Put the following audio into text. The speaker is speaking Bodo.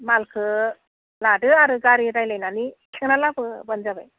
मालखो लादो आरो गारि रायज्लायनानै थिखांना लाबोब्लानो जाबाय